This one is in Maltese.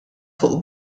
fuq